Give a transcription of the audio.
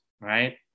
Right